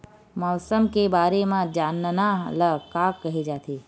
मौसम के बारे म जानना ल का कहे जाथे?